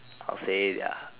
I'll say they are